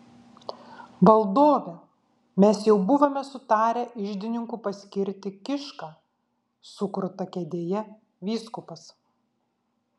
valdove mes jau buvome sutarę iždininku paskirti kišką sukruta kėdėje vyskupas